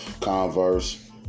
Converse